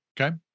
Okay